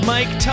Mike